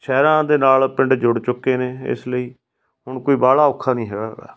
ਸ਼ਹਿਰਾਂ ਦੇ ਨਾਲ ਪਿੰਡ ਜੁੜ ਚੁੱਕੇ ਨੇ ਇਸ ਲਈ ਹੁਣ ਕੋਈ ਬਾਹਲਾ ਔਖਾ ਨਹੀਂ ਹੈਗਾ